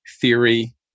theory